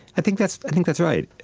i think that's think that's right.